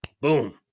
boom